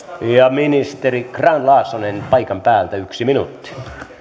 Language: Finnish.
ministeri grahn laasonen paikan päältä yksi minuutti